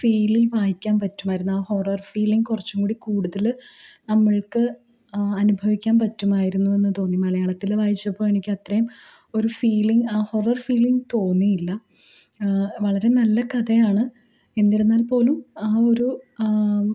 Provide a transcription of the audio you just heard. ഫീലിൽ വായിക്കാൻ പറ്റുമായിരുന്നു ആ ഹൊറർ ഫീലിങ് കുറച്ചുംകൂടി കൂടുതൽ നമ്മൾക്ക് അനുഭവിക്കാൻ പറ്റുമായിരുന്നു എന്ന് തോന്നി മലയാളത്തിൽ വായിച്ചപ്പോൾ എനിക്കത്രയും ഒരു ഫീലിംഗ് ഹൊറർ ഫീലിങ് തോന്നിയില്ല വളരെ നല്ല കഥയാണ് എന്നിരുന്നാൽ പോലും ആ ഒരു